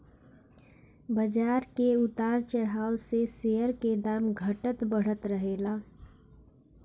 बाजार के उतार चढ़ाव से शेयर के दाम घटत बढ़त रहेला